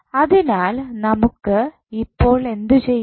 അതിനാൽ നമുക്ക് ഇപ്പോൾ എന്ത് ചെയ്യാം